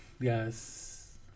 Yes